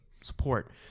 support